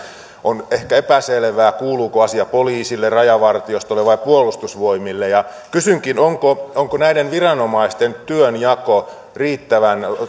on ehkä epäselvää kuuluuko asia poliisille rajavartiostolle vai puolustusvoimille kysynkin onko näiden viranomaisten työnjako riittävän